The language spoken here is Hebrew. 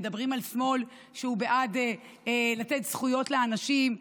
מדברים על שמאל שהוא בעד לתת זכויות לאנשים,